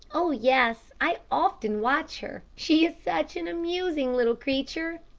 oh, yes i often watched her. she is such an amusing little creature.